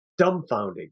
dumbfounding